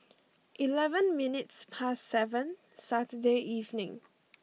eleven minutes past seven Saturday evening